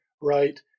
right